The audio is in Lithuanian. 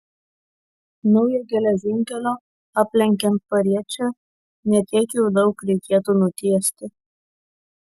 naujo geležinkelio aplenkiant pariečę ne tiek jau daug reikėtų nutiesti